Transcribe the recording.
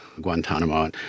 Guantanamo